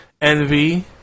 Envy